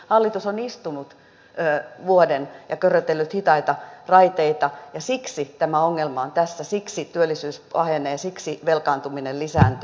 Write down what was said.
hallitus on istunut vuoden ja körötellyt hitaita raiteita ja siksi tämä ongelma on tässä siksi työllisyys pahenee siksi velkaantuminen lisääntyy